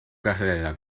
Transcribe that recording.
carrera